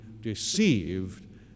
deceived